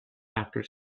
after